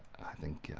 i think,